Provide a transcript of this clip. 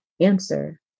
answer